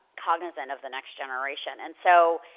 cognizant of the next generation. and so,